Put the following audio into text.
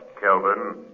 Kelvin